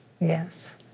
Yes